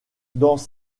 dans